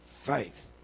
faith